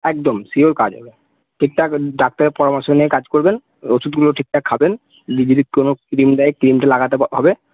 একদম সিওর কাজ হবে ঠিকঠাক ডাক্তারের পরামর্শ নিয়ে কাজ করবেন ওষুধগুলো ঠিকঠাক খাবেন যদি কোনো ক্রিম দেয় ক্রিমটা লাগাতে হবে